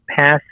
pass